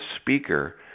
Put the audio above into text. speaker